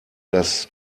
das